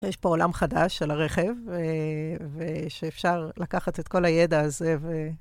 יש פה עולם חדש של הרכב, ושאפשר לקחת את כל הידע הזה ו...